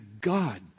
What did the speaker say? God